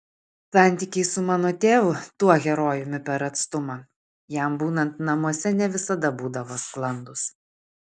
santykiai su mano tėvu tuo herojumi per atstumą jam būnant namuose ne visada būdavo sklandūs